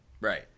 right